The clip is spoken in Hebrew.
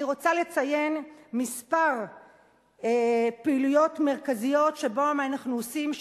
אני רוצה לציין כמה פעילויות מרכזיות שאנחנו עושים,